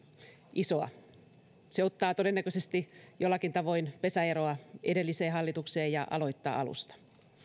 isoa se ottaa todennäköisesti jollakin tavoin pesäeroa edelliseen hallitukseen ja aloittaa alusta